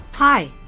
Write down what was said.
Hi